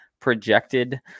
projected